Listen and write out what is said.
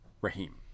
Raheem